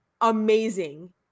amazing